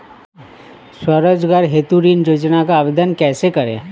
स्वरोजगार हेतु ऋण योजना का आवेदन कैसे करें?